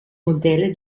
modelle